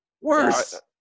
worse